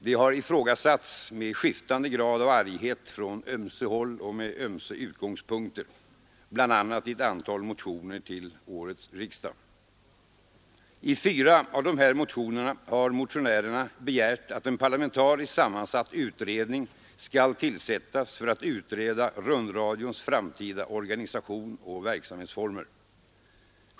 Detta har ifrågasatts med skiftande grad av arghet från ömse håll och med ömse utgångspunkter, bl.a. i ett antal motioner till årets riksdag. I fyra av dessa motioner har motionärerna begärt att en parlamentariskt sammansatt utredning skall tillsättas för att utreda rundradions framtida organisation och verksamhetsformer.